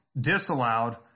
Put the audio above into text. disallowed